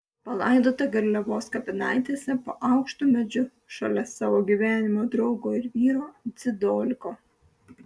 palaidota garliavos kapinaitėse po aukštu medžiu šalia savo gyvenimo draugo ir vyro dzidoliko